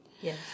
Yes